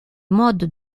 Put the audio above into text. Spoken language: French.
mode